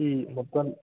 ഈ മൊത്തം